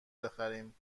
بخریم